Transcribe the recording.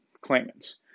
claimants